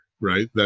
right